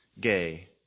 gay